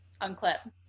unclip